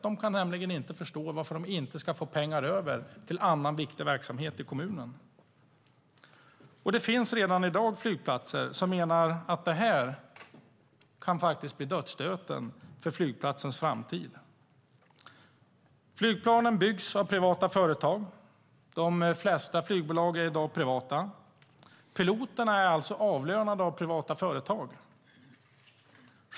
De kan nämligen inte förstå varför de inte ska få pengar över till annan viktig verksamhet i kommunen. Det finns de som menar att detta kan bli dödsstöten för många flygplatser. Flygplanen byggs av privata företag. De flesta flygbolag är privata. Piloterna är alltså avlönade av privata företag.